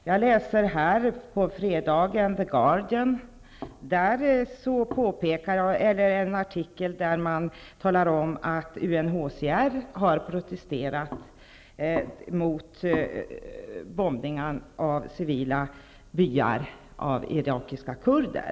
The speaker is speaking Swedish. Jag läste på fredagen The Guardian. Där finns en artikel där man talar om att UNHCR har protesterat mot bombningarna av civila byar med irakiska kurder.